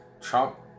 Trump